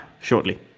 shortly